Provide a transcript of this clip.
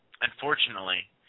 unfortunately